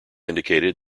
indicated